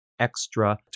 Extra